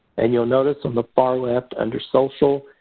and you'll notice on the far left under social,